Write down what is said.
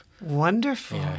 Wonderful